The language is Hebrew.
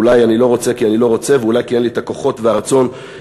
אולי אני לא רוצה כי אני לא רוצה ואולי כי אין לי הכוחות והרצון לחיות